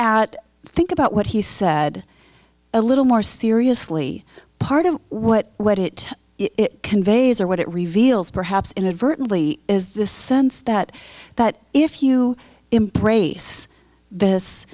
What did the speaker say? at think about what he said a little more seriously part of what what it conveys or what it reveals perhaps inadvertently is this sense that that if you embrace this